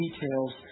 details